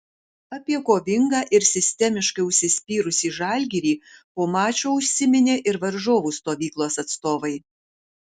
apie kovingą ir sistemiškai užsispyrusį žalgirį po mačo užsiminė ir varžovų stovyklos atstovai